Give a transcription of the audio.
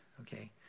okay